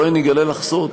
בואי, אני אגלה לך סוד: